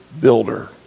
builder